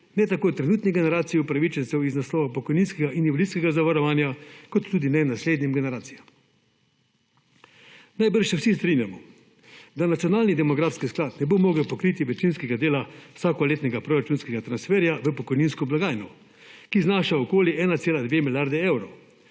ne trenutni generaciji upravičencev iz naslova pokojninskega in invalidskega zavarovanja kot tudi ne naslednjim generacijam. Najbrž se vsi strinjamo, da nacionalni demografski sklad ne bo mogel pokriti večinskega dela vsakoletnega proračunskega transferja v pokojninsko blagajno, ki znaša okoli 1,2 milijarde evrov.